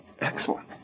Excellent